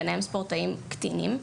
וביניהם ספורטאים קטינים.